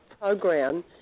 program